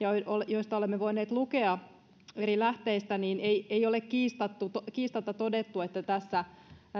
joista olemme voineet lukea eri lähteistä ei ei ole kiistatta kiistatta todettu että tässä